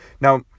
Now